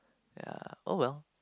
ya oh well